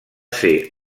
ser